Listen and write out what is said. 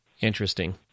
Interesting